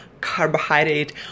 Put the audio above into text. carbohydrate